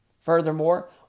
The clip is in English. Furthermore